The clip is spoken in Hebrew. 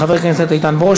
הצעותיהם של חברי הכנסת עליזה